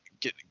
get